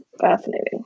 Fascinating